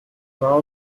klar